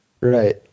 Right